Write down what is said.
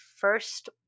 first